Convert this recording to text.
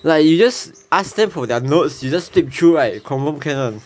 like you just ask them for their notes you just flip through right confirm can [one]